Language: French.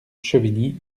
chevigny